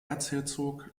erzherzog